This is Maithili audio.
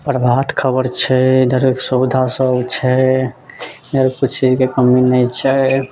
प्रभात खबर छै इधर सुविधा सब छै इधर किछु चीजके कमी नहि छै